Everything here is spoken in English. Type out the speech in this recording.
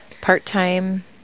part-time